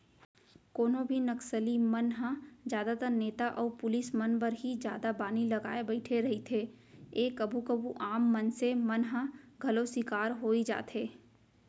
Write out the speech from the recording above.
कोनो भी नक्सली मन ह जादातर नेता अउ पुलिस मन बर ही जादा बानी लगाय बइठे रहिथे ए कभू कभू आम मनसे मन ह घलौ सिकार होई जाथे